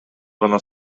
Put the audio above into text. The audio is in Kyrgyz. гана